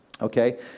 Okay